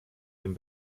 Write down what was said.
dem